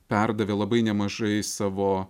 perdavė labai nemažai savo